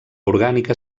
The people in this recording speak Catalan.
orgànica